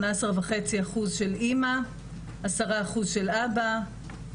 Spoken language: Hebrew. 18.5% של אימא, 10% של אבא.